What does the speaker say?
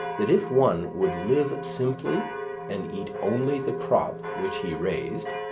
that if one would live simply and eat only the crop which he raised,